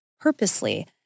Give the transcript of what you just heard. purposely